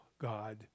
God